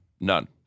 None